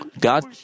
God